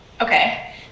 Okay